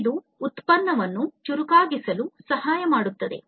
ಇದು ಉತ್ಪನ್ನವನ್ನು ಚುರುಕಾಗಿಸಲು ಸಹಾಯ ಮಾಡುತ್ತದೆ